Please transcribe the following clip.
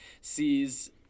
sees